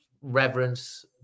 reverence